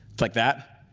like that?